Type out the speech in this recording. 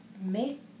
make